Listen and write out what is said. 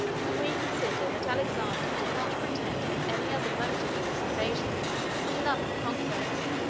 when we consider that alexander did not pretend to have any other motive in this invasion than love of conquest,